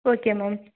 okay ma'am